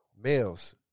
Males